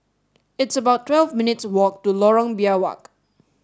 it's about twelve minutes' walk to Lorong Biawak